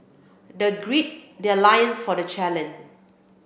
the grid their loins for the challenge